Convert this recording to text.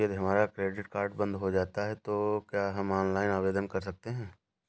यदि हमारा credit card बंद हो जाता है तो क्या हम ऑनलाइन आवेदन कर सकते हैं?